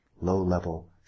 low-level